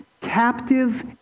captive